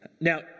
Now